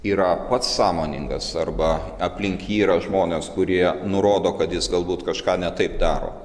yra pats sąmoningas arba aplink jį yra žmonės kurie nurodo kad jis galbūt kažką ne taip daro